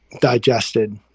digested